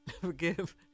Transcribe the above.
Forgive